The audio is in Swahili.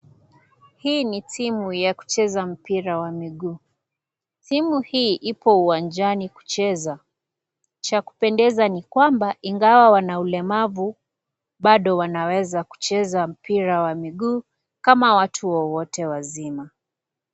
Hii ni timu ya kucheza mpira wa miguu, timu hii ipo uwanjani kucheza. Cha kupendeza ni kwamba, ingawa wana ulemavu, bado wanaweza cheza mpira wa miguu, kama watu wowote wazima.